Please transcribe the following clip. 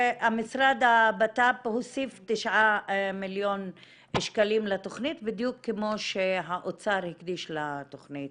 משרד הבט"פ הוסיף 9 מיליון שקלים לתכנית בדיוק כמו שהאוצר הקדיש לתכנית.